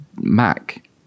MAC